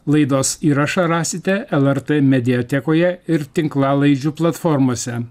laidos įrašą rasite lrt mediatekoje ir tinklalaidžių platformose